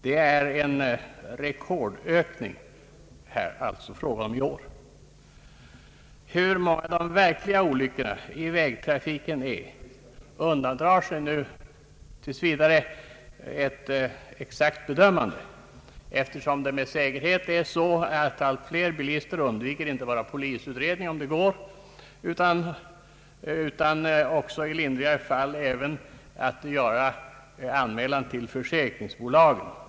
Det är alltså fråga om en rekordökning i år. Hur många de verkliga olyckorna i vägtrafiken är undandrar sig tills vidare ett exakt bedömande, eftersom med säkerhet allt fler bilister undviker inte bara polisutredning, om det går, utan också i lindrigare fall anmälan till försäkringsbolagen.